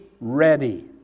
ready